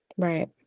right